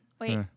Wait